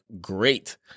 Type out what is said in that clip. great